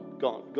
gone